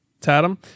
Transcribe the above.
Tatum